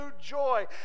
joy